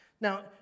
Now